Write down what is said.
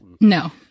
no